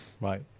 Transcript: right